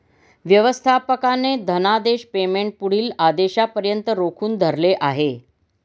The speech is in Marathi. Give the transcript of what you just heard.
व्यवस्थापकाने धनादेश पेमेंट पुढील आदेशापर्यंत रोखून धरले आहे